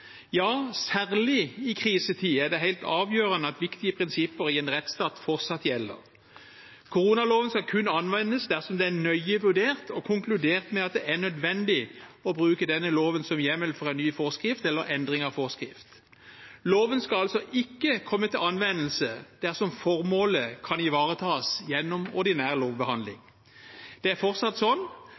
Ja, særlig i krisetid er det helt avgjørende at viktige prinsipper i en rettsstat fortsatt gjelder. Koronaloven skal kun anvendes dersom det er nøye vurdert og konkludert med at det er nødvendig å bruke denne loven som hjemmel for en ny forskrift eller endring av forskrift. Loven skal altså ikke komme til anvendelse dersom formålet kan ivaretas gjennom ordinær lovbehandling. Det er fortsatt sånn